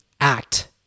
act